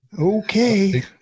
Okay